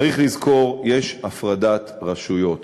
צריך לזכור: יש הפרדת רשויות.